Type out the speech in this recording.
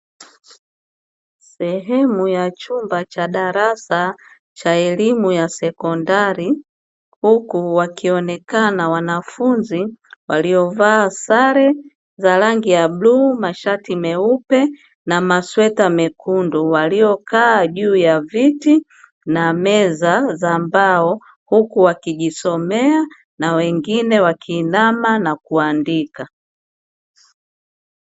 Sehemu ya chumba cha darasa cha elimu ya sekondari huku wakionekana wanafunzi waliovaa sare za rangi ya bluu, mashati meupe na masweta mekundu, waliokaa juu ya viti na meza za mbao huku wakijisomea na wengine wakiinama na kuandika.